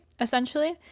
essentially